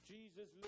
Jesus